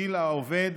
גיל העובד),